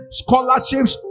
scholarships